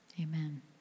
Amen